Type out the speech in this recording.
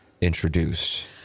introduced